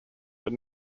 but